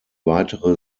weitere